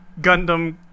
Gundam